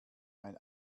ein